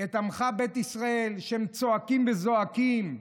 את עמך בית ישראל צועקים וזועקים,